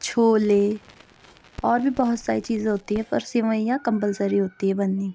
چھولے اور بھی بہت ساری چیزیں ہوتی ہیں پر سوئیاں کمپلسری ہوتی ہے بننی